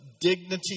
dignity